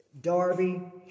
Darby